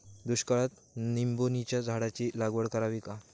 दुष्काळात निंबोणीच्या झाडाची लागवड करावी का?